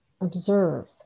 Observe